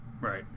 Right